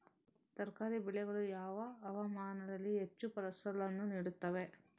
ತರಕಾರಿ ಬೆಳೆಗಳು ಯಾವ ಹವಾಮಾನದಲ್ಲಿ ಹೆಚ್ಚು ಫಸಲನ್ನು ನೀಡುತ್ತವೆ?